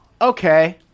okay